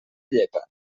llepa